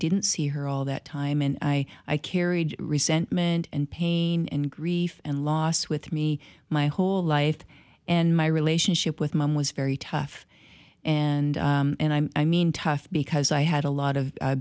didn't see her all that time and i i carried resentment and pain and grief and loss with me my whole life and my relationship with mom was very tough and and i mean tough because i had a lot of